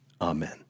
Amen